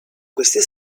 queste